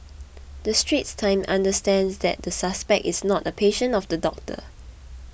the Straits Times understands that the suspect is not a patient of the doctor